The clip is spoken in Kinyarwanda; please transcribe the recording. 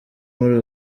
muri